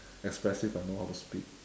expressive and know how to speak